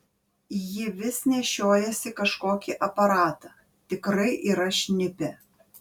ji vis nešiojasi kažkokį aparatą tikrai yra šnipė